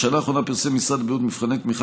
בשנה האחרונה פרסם משרד הבריאות מבחני תמיכה